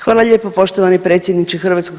Hvala lijepo poštovani predsjedniče HS.